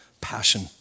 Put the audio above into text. passion